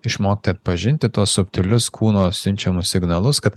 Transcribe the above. išmokti atpažinti tuos subtilius kūno siunčiamus signalus kad